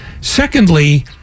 Secondly